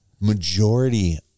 majority